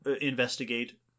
investigate